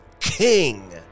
king